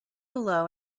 below